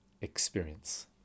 experience